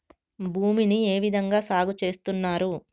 భూమిని ఏ విధంగా సాగు చేస్తున్నారు?